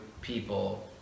people